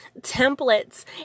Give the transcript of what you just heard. templates